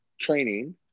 training